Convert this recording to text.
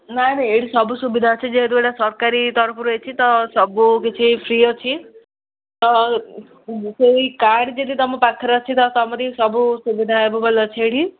ନାଇଁ ନାଇଁ ଏଇଠି ସବୁ ସୁବିଧା ଅଛି ଯେହେତୁ ଏଇଟା ସରକାରୀ ତରଫରୁ ହେଇଛି ତ ସବୁ କିଛି ଫ୍ରି ଅଛି ତ କୋଇ କାର୍ଡ଼ ଯଦି ତୁମ ପାଖରେ ଅଛି ତ ତୁମରି ସବୁ ସୁବିଧା ହେବ ବୋଲି ଅଛି ଏଇଠି